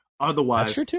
Otherwise